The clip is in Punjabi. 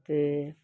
'ਤੇ